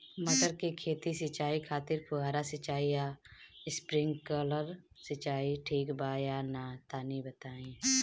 मटर के खेती के सिचाई खातिर फुहारा सिंचाई या स्प्रिंकलर सिंचाई ठीक बा या ना तनि बताई?